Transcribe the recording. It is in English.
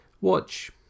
Watch